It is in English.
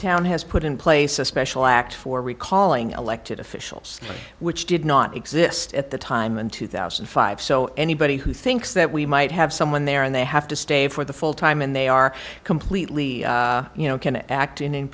town has put in place a special act for recalling elected officials which did not exist at the time in two thousand and five so anybody who thinks that we might have someone there and they have to stay for the full time and they are completely you know can act in i